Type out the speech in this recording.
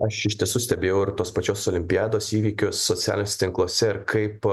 aš iš tiesų stebėjau ir tos pačios olimpiados įvykius socialiniuose tinkluose ir kaip